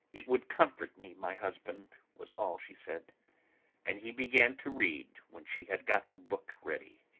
it would comfort me, my husband! was all she said and he began to read when she had got the book ready.